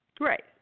Right